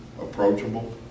approachable